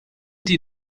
die